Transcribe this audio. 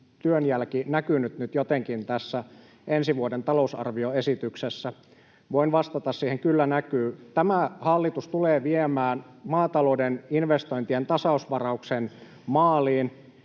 työn jälki näkynyt nyt jotenkin tässä ensi vuoden talousarvioesityksessä. Voin vastata siihen: kyllä näkyy. Tämä hallitus tulee viemään maatalouden investointien tasausvarauksen maaliin